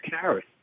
carry